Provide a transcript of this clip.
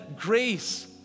grace